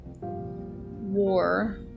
war